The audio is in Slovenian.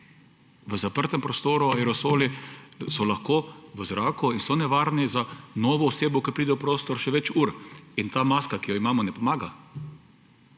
v zaprtem prostoru so aerosoli lahko v zraku in so nevarni za novo osebo, ki pride v prostor, še več ur. In ta maska, ki jo imamo, ne pomaga.